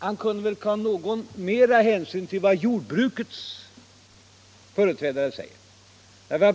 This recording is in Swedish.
Man kunde tänka sig att han tog mer hänsyn till vad jordbrukets företrädare säger.